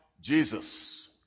Jesus